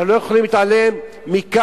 אנחנו לא יכולים להתעלם מכך